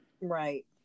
Right